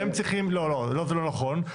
זה לא נכון.